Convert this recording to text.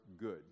good